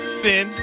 sin